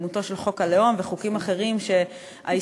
בדמותו של חוק הלאום וחוקים אחרים שההיסטוריה